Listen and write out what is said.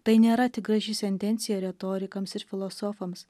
tai nėra tik graži sentencija retorikams ir filosofams